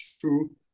true